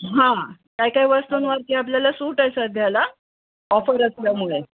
हां काय काय वस्तूंवरती आपल्याला सूट आहे सध्याला ऑफर असल्यामुळे